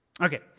Okay